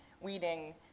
weeding